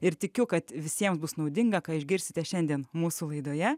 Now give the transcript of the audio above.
ir tikiu kad visiems bus naudinga ką išgirsite šiandien mūsų laidoje